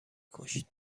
کشت